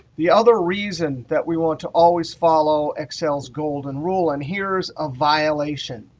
the other reason that we want to always follow excel's golden rule and here's a violation.